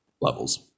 levels